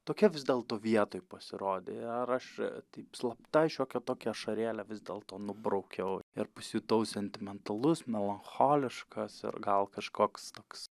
tokia vis dėlto vietoj pasirodė ir aš taip slapta šiokią tokią ašarėlę vis dėlto nubraukiau ir pasijutau sentimentalus melancholiškas ir gal kažkoks toks